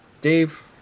Dave